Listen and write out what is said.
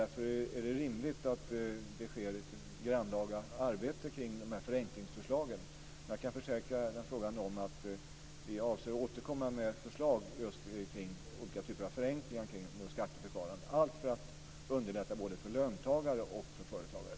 Därför är det rimligt att det utförs ett grannlaga arbete kring de här förenklingsförslagen. Jag kan försäkra frågeställaren om att vi avser att återkomma med förslag till olika typer av förenklingar av vårt skatteförfarande, allt för att underlätta både för löntagare och för företagare.